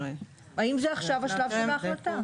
האם זה עכשיו של שלב ההחלטה?